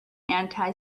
anti